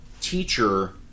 teacher